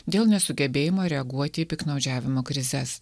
dėl nesugebėjimo reaguoti į piktnaudžiavimo krizes